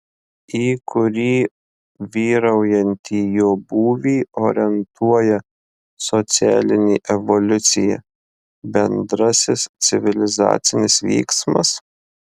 į kurį vyraujantį jo būvį orientuoja socialinė evoliucija bendrasis civilizacinis vyksmas